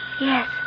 yes